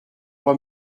pas